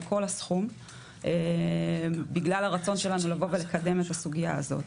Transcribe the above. כל הסכום בגלל הרצון שלנו לבוא ולקדם את הסוגייה הזאת,